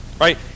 right